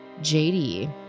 JD